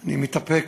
אני מתאפק,